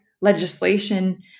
legislation